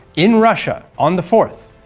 in russia, on the fourth,